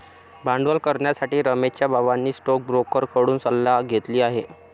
भांडवल करण्यासाठी रमेशच्या बाबांनी स्टोकब्रोकर कडून सल्ला घेतली आहे